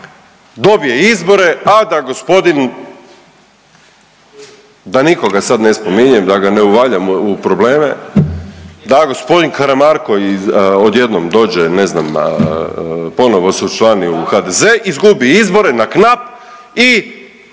dobije izbore, a da gospodin, da nikoga sad ne spominjem, da ga ne uvaljam u probleme, da g. Karamarko iz, odjednom dođe ne znam, ponovo se učlani u HDZ, izgubi izbore na knap i